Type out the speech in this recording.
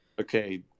okay